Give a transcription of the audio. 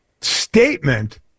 statement